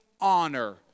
honor